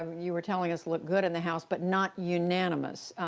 you were telling us, look good in the house, but not unanimous.